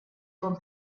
con